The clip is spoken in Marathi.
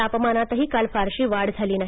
तापमानातही काल फारशी वाढ झाली नाही